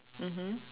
mmhmm